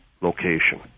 location